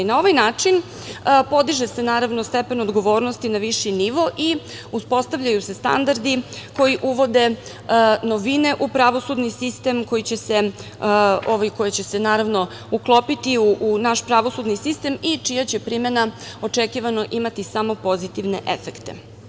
Na ovaj način, podiže se stepen odgovornosti na viši nivo i uspostavljaju se standardi koji uvode novine u pravosudni sistem koji će se naravno uklopiti u naš pravosudni sistem i čija će primena očekivano imati samo pozitivne efekte.